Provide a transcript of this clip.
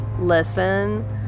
listen